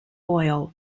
oil